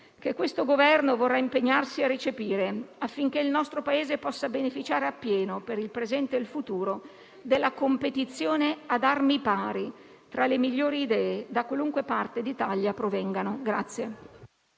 che il Governo vorrà impegnarsi a recepire, affinché il nostro Paese possa beneficiare appieno, per il presente e per il futuro, della competizione ad armi pari tra le migliori idee, da qualunque parte d'Italia provengano.